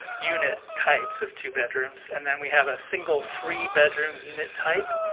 unit types of two bedrooms. and then we have a single three bedroom unit type.